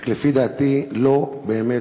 רק לפי דעתי, לא באמת